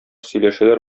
сөйләшәләр